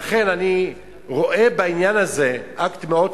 לכן אני רואה בעניין הזה אקט מאוד חיובי,